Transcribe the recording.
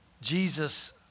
Jesus